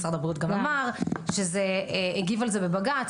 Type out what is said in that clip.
משרד הבריאות גם אמר והגיב על זה בבג"צ,